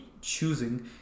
choosing